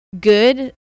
good